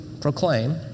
proclaim